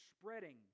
spreading